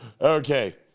Okay